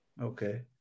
Okay